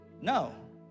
No